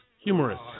Humorous